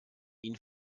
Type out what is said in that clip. ihn